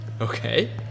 Okay